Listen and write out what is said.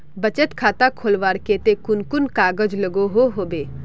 बचत खाता खोलवार केते कुन कुन कागज लागोहो होबे?